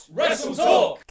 WrestleTalk